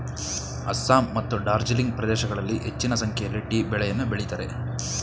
ಅಸ್ಸಾಂ ಮತ್ತು ಡಾರ್ಜಿಲಿಂಗ್ ಪ್ರದೇಶಗಳಲ್ಲಿ ಹೆಚ್ಚಿನ ಸಂಖ್ಯೆಯಲ್ಲಿ ಟೀ ಬೆಳೆಯನ್ನು ಬೆಳಿತರೆ